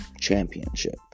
championship